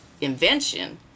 invention